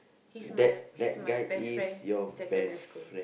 he's my he's my best friend since secondary school